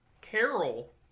Carol